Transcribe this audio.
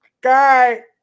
guy